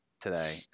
today